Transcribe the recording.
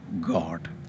God